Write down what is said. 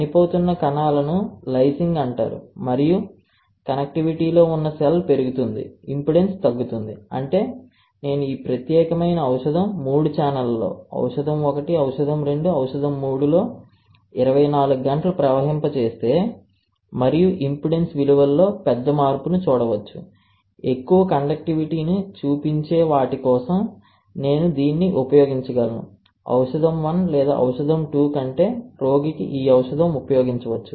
చనిపోతున్న కణాలను లైసింగ్ అంటారు మరియు కనెక్టివిటీలో ఉన్న సెల్ పెరుగుతుంది ఇంపెడెన్స్ తగ్గుతుంది అంటే నేను ఈ ప్రత్యేకమైన ఔషధం మూడు ఛానెళ్లలో ఔషధం 1 ఔషధం 2 ఔషధం 3 లో 24 గంటలు ప్రవహింప చేస్తే మరియు ఇంపెడెన్స్ విలువలలో పెద్ద మార్పును చూడవచ్చు ఎక్కువ కండక్టివిటీను చూపించే వాటి కోసం నేను దీనిని ఉపయోగించగలను ఔషధం 1 లేదా ఔషధం 2 కంటే రోగికి ఈ ఔషధం ఉపయోగించవచ్చు